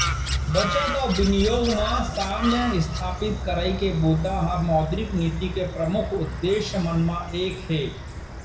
बचत अउ बिनियोग म साम्य इस्थापित करई के बूता ह मौद्रिक नीति के परमुख उद्देश्य मन म एक हे